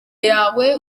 yawe